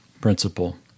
principle